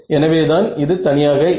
எனவேதான் இது தனியாக இல்லை